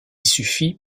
suffit